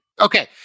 Okay